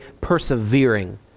persevering